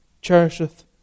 cherisheth